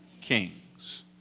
Kings